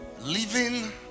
living